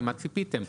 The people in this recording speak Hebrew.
למה ציפיתם?